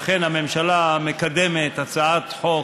לכן הממשלה מקדמת הצעת חוק,